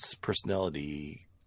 personality